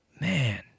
Man